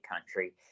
Country